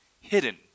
hidden